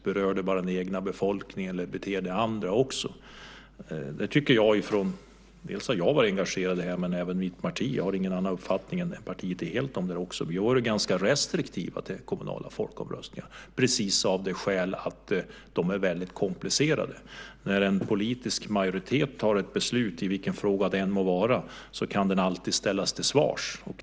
Berör det bara den egna befolkningen eller andra också? Jag har varit engagerad i det här men även mitt parti. Jag har ingen annan uppfattning än partiet i helhet om det. Vi har varit ganska restriktiva till kommunala folkomröstningar. Skälet är att de är väldigt komplicerade. När en politisk majoritet fattar ett beslut i vilken fråga det än må vara kan den alltid ställas till svars.